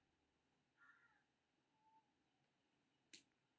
तें सुरक्षा उपाय के तहत पासवर्ड नंबर के उपयोग होइ छै, जे सुरक्षा प्रदान करै छै